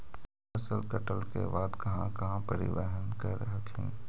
फसल कटल के बाद कहा कहा परिबहन कर हखिन?